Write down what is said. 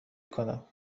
کنم